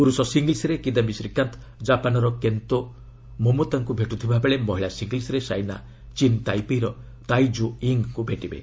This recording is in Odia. ପୁରୁଷ ସିଙ୍ଗଲ୍ସ୍ରେ କିଦାୟୀ ଶ୍ରୀକାନ୍ତ କାପାନ୍ର କେନ୍ତୋ ମୋମୋତାଙ୍କୁ ଭେଟୁଥିବା ବେଳେ ମହିଳା ସିଙ୍ଗଲ୍ସ୍ରେ ସାଇନା ଚୀନ୍ ତାଇପେଇର ତାଇ କୁ ଇଙ୍ଗ୍ଙ୍କୁ ଭେଟିବେ